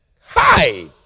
Hi